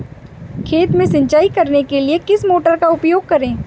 खेत में सिंचाई करने के लिए किस मोटर का उपयोग करें?